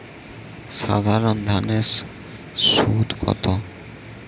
সাধারণ ঋণের সুদ কত?